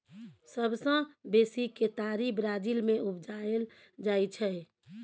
सबसँ बेसी केतारी ब्राजील मे उपजाएल जाइ छै